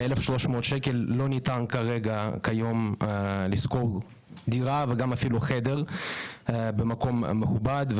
ב-1,300 שקל לא ניתן כיום לשכור דירה וגם אפילו חדר במקום מכובד.